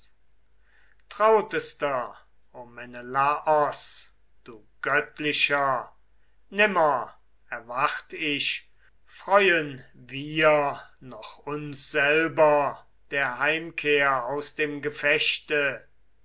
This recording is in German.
o menelaos du göttlicher nimmer erwart ich freuen wir noch uns selber der heimkehr aus dem gefechte